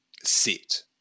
sit